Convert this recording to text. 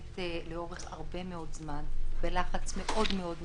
ולאורך הרבה מאוד זמן, בלחץ מאוד מאוד גדול,